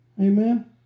Amen